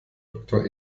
doktor